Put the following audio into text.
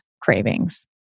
cravings